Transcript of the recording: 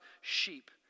sheep